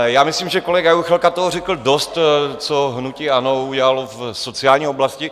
Já myslím, že kolega Juchelka toho řekl dost, co hnutí ANO udělalo v sociální oblasti.